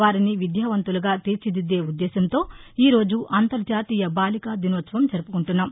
వారిని విద్యాపంతులుగా తీర్చిదిద్దే ఉద్దేశ్యంతో ఈరోజు అంతర్జాతీయ బాలికా దినోత్సవం జరుపుకుంటున్నాం